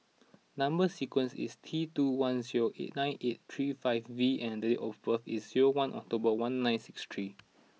number sequence is T two one zero nine eight three five V and date of birth is zero one October one nine six three